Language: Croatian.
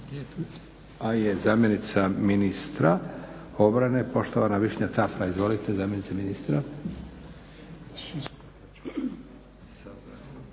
Zamjenica ministra obrane poštovan Višnja Tafra. Izvolite zamjenice ministra.